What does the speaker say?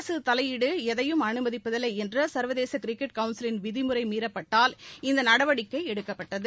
அரசுதலையீடுஎதையும் அனுமதிப்பதில்லைஎன்றசர்வதேசகிரிக்கெட் கவுன்சிலின் விதிமுறைமீறப்பட்டதால் இந்தநடவடிக்கைஎடுக்கப்பட்டது